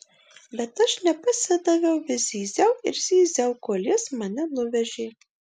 bet aš nepasidaviau vis zyziau ir zyziau kol jis mane nuvežė